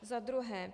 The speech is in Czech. Za druhé.